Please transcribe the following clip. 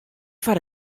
foar